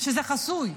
שזה חסוי.